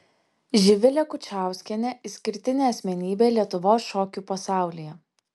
živilė kučauskienė išskirtinė asmenybė lietuvos šokių pasaulyje